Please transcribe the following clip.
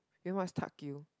you must tuck you